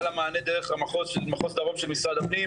לה מענה דרך מחוז דרום של משרד הפנים.